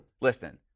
Listen